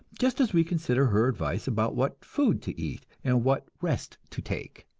just as we consider her advice about what food to eat and what rest to take.